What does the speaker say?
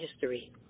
history